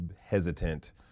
hesitant